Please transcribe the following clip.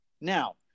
Now